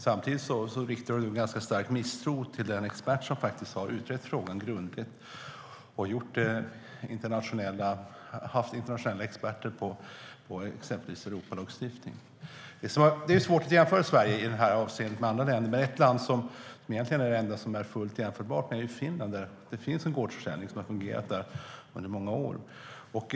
Samtidigt riktar du ganska stark misstro mot den expert som faktiskt har utrett frågan grundligt och haft kontakt med internationella experter på exempelvis Europalagstiftning.Det är svårt att jämföra Sverige i detta avseende med andra länder. Det enda land som egentligen är fullt jämförbart är Finland. Där finns en gårdsförsäljning som har fungerat under många år.